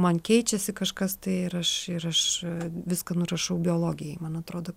man keičiasi kažkas tai ir aš ir aš viską nurašau biologijai man atrodo